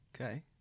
Okay